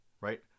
Right